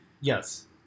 Yes